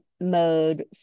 mode